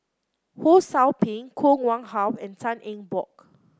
Ho Sou Ping Koh Nguang How and Tan Eng Bock